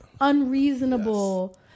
unreasonable